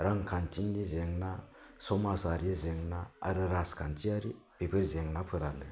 रांखान्थिनि जेंना समाजारि जेंना आरो राजखान्थियारि बेफोर जेंनाफोरानो